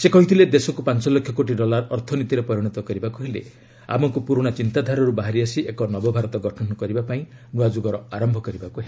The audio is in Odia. ସେ କହିଥିଲେ ଦେଶକୁ ପାଞ୍ଚ ଲକ୍ଷ୍ୟ କୋଟି ଡଲାର ଅର୍ଥନୀତିରେ ପରିଣତ କରିବାକୁ ହେଲେ ଆମକୁ ପୁରୁଣା ଚିନ୍ତାଧାରାରୁ ବାହାରି ଆସି ଏକ ନବଭାରତ ଗଠନ ପାଇଁ ନୂଆ ଯୁଗର ଆରମ୍ଭ କରିବାକୁ ହେବ